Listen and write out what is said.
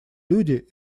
люди